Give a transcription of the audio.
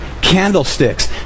Candlesticks